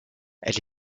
elle